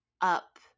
up